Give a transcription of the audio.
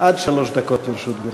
עד שלוש דקות לרשות גברתי.